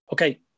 Okay